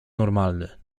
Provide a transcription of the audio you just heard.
normalny